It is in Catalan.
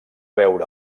veure